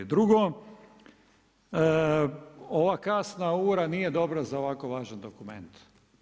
Drugo, ova kasna ura nije dobra za ovako važan dokument.